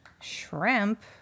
shrimp